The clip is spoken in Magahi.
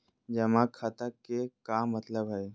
जमा खाता के का मतलब हई?